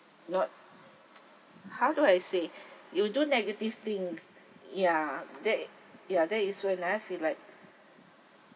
not how do I say you do negative thing ya that ya that is when I feel like